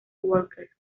walker